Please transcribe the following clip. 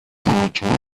yönetimi